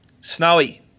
Snowy